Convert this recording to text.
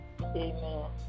amen